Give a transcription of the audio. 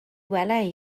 welai